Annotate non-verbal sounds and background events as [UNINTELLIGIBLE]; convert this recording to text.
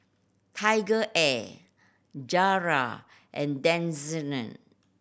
TigerAir Zara and [UNINTELLIGIBLE]